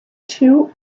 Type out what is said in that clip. two